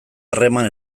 harreman